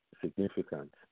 significant